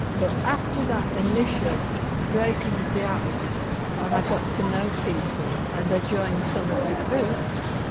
but after that initial breaking of the ice and i got to know people and i joined some of the groups,